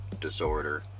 disorder